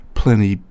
plenty